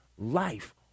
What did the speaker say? life